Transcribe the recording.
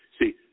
See